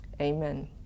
Amen